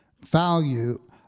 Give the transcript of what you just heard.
value